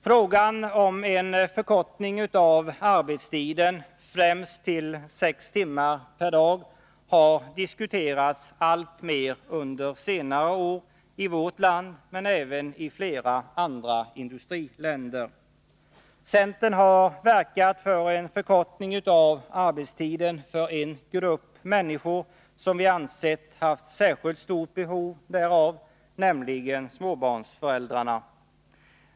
Frågan om en förkortning av arbetstiden, i första hand till sex timmar per dag, har diskuterats alltmer under senare år såväl i vårt land som i flera andra industriländer. Centern har verkat för en förkortning av arbetstiden för en grupp människor som vi anser har haft särskilt stort behov därav, nämligen småbarnsföräldrarna.